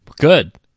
Good